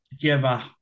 together